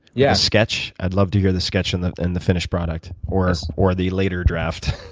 yeah sketch? i'd love to hear the sketch and the and the finished product, or so or the later draft.